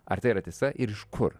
ar tai yra tiesa ir iš kur